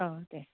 औ दे